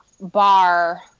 bar